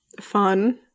Fun